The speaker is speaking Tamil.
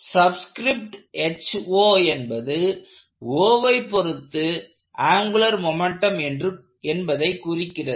சப்ஸ்கிரிப்ட் என்பது Oவை பொருத்து ஆங்குலர் மொமெண்ட்டும் என்பதைக் குறிக்கிறது